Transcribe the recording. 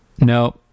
No